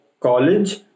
college